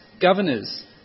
governors